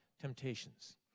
temptations